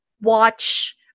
watch